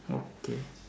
okay